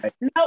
no